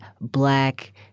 black